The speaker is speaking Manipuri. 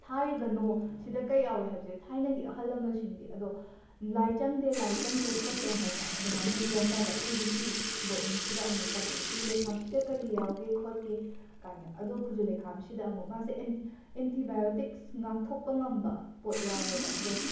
ꯊꯥꯔꯤꯕꯅꯣ ꯁꯤꯗ ꯀꯩ ꯌꯥꯎꯋꯦ ꯍꯥꯏꯕꯁꯦ ꯊꯥꯏꯅꯒꯤ ꯑꯍꯜ ꯂꯝꯜꯁꯤꯡꯗꯤ ꯑꯗꯣ ꯂꯥꯏ ꯆꯪꯗꯦ ꯂꯥꯏ ꯆꯪꯗꯦ ꯈꯣꯠꯇꯦ ꯍꯥꯏꯅ ꯑꯗꯨꯃꯥꯏꯅꯗꯤ ꯂꯧꯅꯕ ꯍꯧꯖꯤꯛꯇꯤ ꯕꯣꯠꯅꯤꯁꯤꯗ ꯑꯃꯨꯛ ꯇꯝꯃꯛꯑꯦ ꯈꯨꯖꯨ ꯂꯩꯈꯥꯝꯁꯤꯗ ꯀꯔꯤ ꯌꯥꯎꯒꯦ ꯈꯣꯠꯀꯦ ꯀꯥꯏꯅ ꯑꯗꯣ ꯈꯨꯖꯨ ꯂꯩꯈꯥꯝꯁꯤꯗ ꯑꯃꯨꯛ ꯃꯥꯁꯦ ꯑꯦꯟꯠ ꯑꯦꯟꯇꯤꯕꯤꯌꯣꯇꯤꯛꯁ ꯉꯥꯛꯊꯣꯛꯄ ꯉꯝꯕ ꯄꯣꯠ ꯌꯥꯎꯋꯦꯕ ꯑꯗꯣ